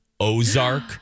ozark